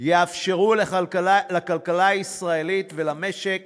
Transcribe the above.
יאפשרו לכלכלה הישראלית ולמשק